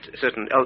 certain